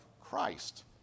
Christ